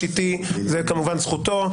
זו כמובן זכותו.